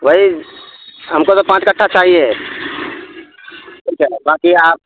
بھائی ہم کو تو پانچ کٹٹا چاہیے ھیک ہے باقی آپ